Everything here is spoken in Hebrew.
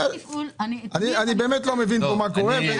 אני באמת לא מבין מה קורה פה.